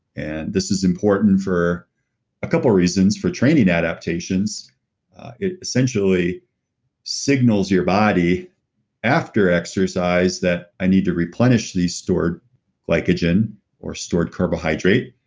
and this is important for a couple of reasons. for training adaptations essentially signals your body after exercise that i need to replenish these stored glycogen or stored carbohydrate.